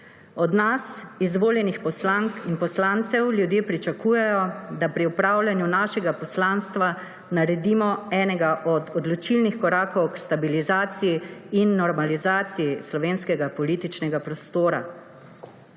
Od nas, izvoljenih poslank in poslancev, ljudje pričakujejo, da pri opravljanju našega poslanstva naredimo enega od odločilnih korakov k stabilizaciji in normalizaciji slovenskega političnega prostora.